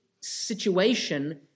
situation